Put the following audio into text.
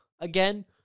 again